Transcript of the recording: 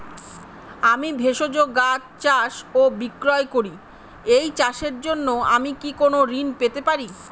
আমি ভেষজ গাছ চাষ ও বিক্রয় করি এই চাষের জন্য আমি কি কোন ঋণ পেতে পারি?